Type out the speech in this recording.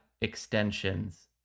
extensions